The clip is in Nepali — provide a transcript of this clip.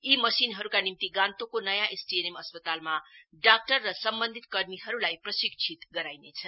यी मशिनहरुका निम्ति गान्तोकको नयाँ एसटीएनएम अस्पतालमा डाक्टर र सम्वन्धित कर्मीहरुलाई प्रशिक्षित गराइनेछ